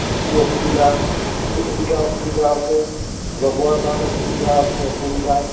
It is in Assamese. আৰু কি অসুবিধা কি অসুবিধা সুবিধা আছে লগোৱাৰ কাৰণে সুবিধা আছে অসুবিধা